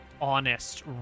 honest